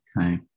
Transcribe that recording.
Okay